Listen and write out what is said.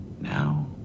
Now